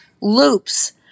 loops